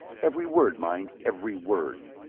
every word, mind every word!